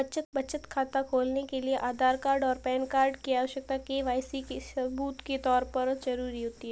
बचत खाता खोलने के लिए आधार कार्ड और पैन कार्ड की आवश्यकता के.वाई.सी के सबूत के तौर पर ज़रूरी होती है